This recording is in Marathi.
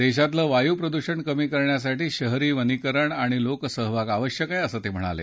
देशातलं वायू प्रदूषण कमी करण्यासाठी शहरी वनीकरण आणि लोकसहभाग आवश्यक आहे असं ते म्हणाले